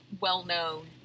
well-known